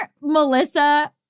Melissa